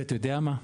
ואתה יודע מה?